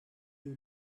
you